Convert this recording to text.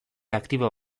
aktibo